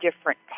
different